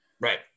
Right